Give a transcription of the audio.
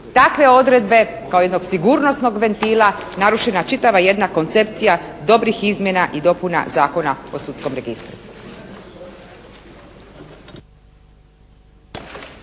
takve odredbe kao jednog sigurnosnog ventila narušena čitava jedna koncepcija dobrih izmjena i dopuna Zakona o sudskom registru.